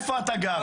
איפה אתה גר?